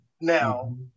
Now